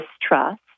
distrust